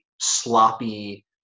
sloppy